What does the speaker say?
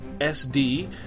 SD